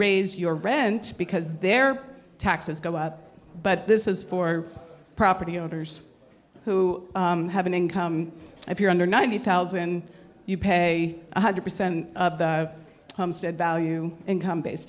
raise your rent because their taxes go up but this is for property owners who have an income if you're under ninety thousand you pay one hundred percent homestead value income base